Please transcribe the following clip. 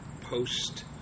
post